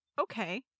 okay